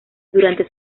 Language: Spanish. durante